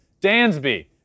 Dansby